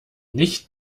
nicht